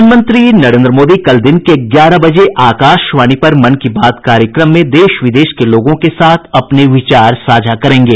प्रधानमंत्री नरेन्द्र मोदी कल दिन के ग्यारह बजे आकाशवाणी पर मन की बात कार्यक्रम में देश विदेश के लोगों के साथ अपने विचार साझा करेंगे